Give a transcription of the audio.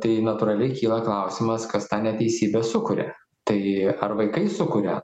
tai natūraliai kyla klausimas kas tą neteisybę sukuria tai ar vaikai sukuria